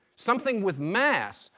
something with mass,